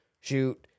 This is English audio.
shoot